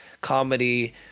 comedy